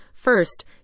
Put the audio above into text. First